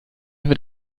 wird